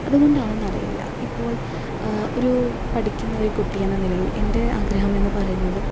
അതുകൊണ്ടാണെന്നറിയില്ല ഇപ്പോൾ ഒരു പഠിക്കുന്ന ഒരു കുട്ടി എന്ന നിലയിൽ എൻ്റെ ആഗ്രഹമെന്ന് പറയുന്നത്